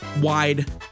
wide